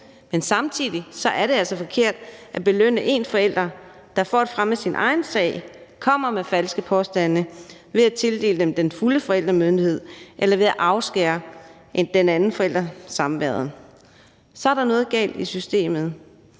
Men samtidig er det altså forkert at belønne en forælder, der for at fremme sin egen sag kommer med falske påstande, ved at tildele dem den fulde forældremyndighed eller ved at afskære den anden forælder fra samværet. Så er der noget galt i systemet,